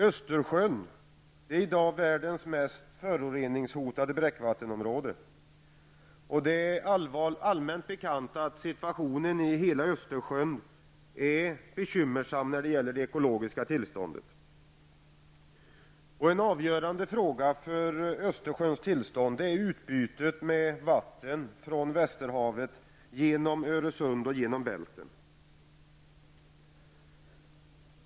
Östersjön är i dag världens mest föroreningshotade bräckvattenområde. Det är allmänt bekant att situationen i hela Östersjön är bekymmersam när det gäller det ekologiska tillståndet. En avgörande fråga för Östersjöns tillstånd är utbytet med vatten från Västerhavet genom Öresund och genom Bälten.